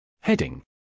Heading